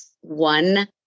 one